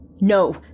No